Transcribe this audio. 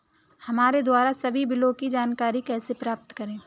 हमारे द्वारा सभी बिलों की जानकारी कैसे प्राप्त करें?